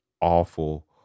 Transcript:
awful